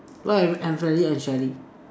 what is and Shally